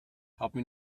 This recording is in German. haben